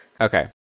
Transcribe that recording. Okay